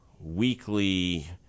weekly